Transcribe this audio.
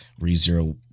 ReZero